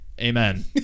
Amen